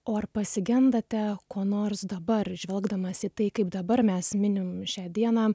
o ar pasigendate kuo nors dabar žvelgdamas į tai kaip dabar mes minim šią dieną